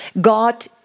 God